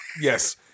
Yes